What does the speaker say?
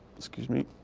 excuse me.